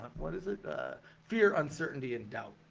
what is it fear uncertainty and doubt?